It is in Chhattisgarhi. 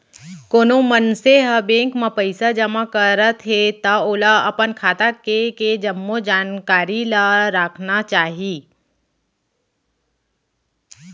कोनो भी मनसे ह बेंक म पइसा जमा करत हे त ओला अपन खाता के के जम्मो जानकारी ल राखना चाही